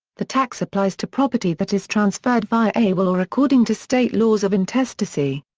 the tax applies to property that is transferred via a will or according to state laws of intestacy.